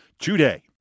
today